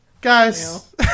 guys